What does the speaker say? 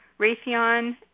Raytheon